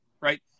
right